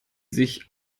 sich